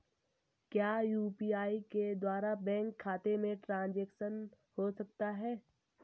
क्या यू.पी.आई के द्वारा बैंक खाते में ट्रैन्ज़ैक्शन हो सकता है?